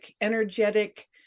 energetic